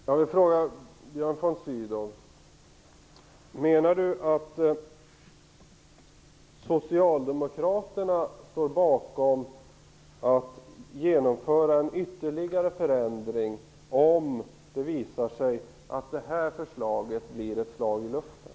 Herr talman! Jag vill fråga Björn von Sydow om han menar att socialdemokraterna står bakom att genomföra en ytterligare förändring, om det visar sig att det här förslaget blir ett slag i luften.